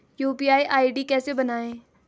UPI ID कैसे बनायें?